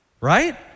Right